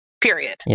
period